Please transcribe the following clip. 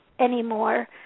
anymore